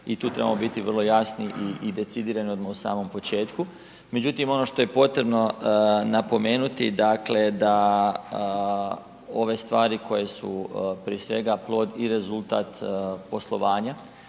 i tu trebamo biti vrlo jasni i decidirani odmah u samom početku. Međutim ono što je potrebno napomenuti dakle da ove stvari koje su prije svega plod i rezultat poslovanja